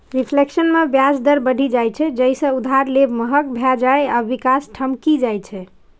reflation मे ब्याज दर बढ़ि जाइ छै, जइसे उधार लेब महग भए जाइ आ विकास ठमकि जाइ छै